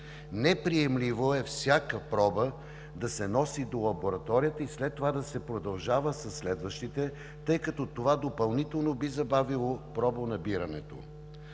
Неприемливо е всяка проба да се носи до лабораторията и след това да се продължава със следващите, тъй като това допълнително би забавило пробонабирането.